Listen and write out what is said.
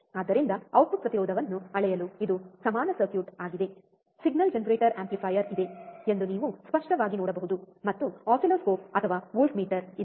ಆದ್ದರಿಂದ ಔಟ್ಪುಟ್ ಪ್ರತಿರೋಧವನ್ನು ಅಳೆಯಲು ಇದು ಸಮಾನ ಸರ್ಕ್ಯೂಟ್ ಆಗಿದೆ ಸಿಗ್ನಲ್ ಜನರೇಟರ್ ಆಂಪ್ಲಿಫಯರ್ ಇದೆ ಎಂದು ನೀವು ಸ್ಪಷ್ಟವಾಗಿ ನೋಡಬಹುದು ಮತ್ತು ಆಸಿಲ್ಲೋಸ್ಕೋಪ್ ಅಥವಾ ವೋಲ್ಟ್ಮೀಟರ್ ಇದೆ